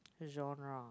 genre